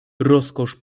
rozkosz